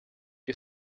you